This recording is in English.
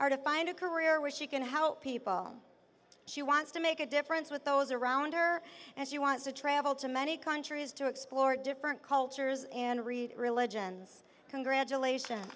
are to find a career where she can help people she wants to make a difference with those around her as you want to travel to many countries to explore different cultures and read religions congratulations